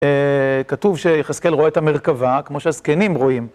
כתוב שיחזקאל רואה את המרכבה כמו שהזקנים רואים.